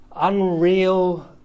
unreal